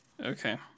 Okay